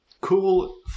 Cool